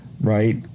Right